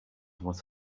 what